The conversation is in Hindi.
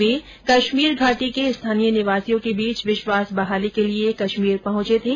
वे कश्मीर घाटी के स्थानीय निवासियों के बीच विश्वास बहाली के लिए कश्मीर पहुंचे थे